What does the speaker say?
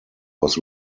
was